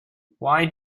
why